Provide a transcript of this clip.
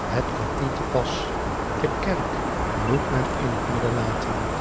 het komt niet te pas de kerk moet men in het midden laten